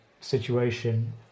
situation